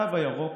התו הירוק